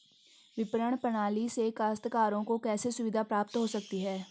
विपणन प्रणाली से काश्तकारों को कैसे सुविधा प्राप्त हो सकती है?